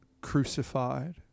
Crucified